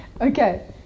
Okay